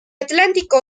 atlántico